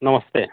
नमस्ते